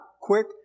quick